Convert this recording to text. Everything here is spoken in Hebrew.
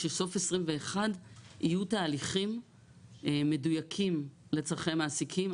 כשבסוף 2021 יהיו תהליכים מדויקים לצרכי המעסיקים,